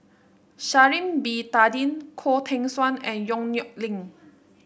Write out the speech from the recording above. Sha'ari Bin Tadin Khoo Teng Soon and Yong Nyuk Lin